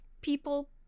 people